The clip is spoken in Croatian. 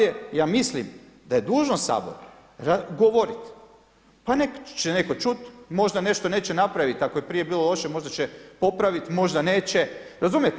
Ja mislim da je dužnost Sabora govoriti, pa neko će čut možda nešto neće napraviti ako je prije bilo loše, možda će popraviti, možda neće, razumijete.